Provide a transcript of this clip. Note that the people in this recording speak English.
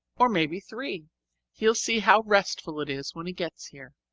or maybe three he'll see how restful it is when he gets here.